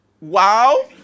wow